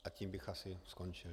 A tím bych asi skončil.